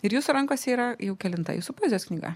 ir jūsų rankose yra jau kelinta jūsų poezijos knyga